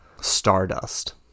stardust